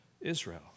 Israel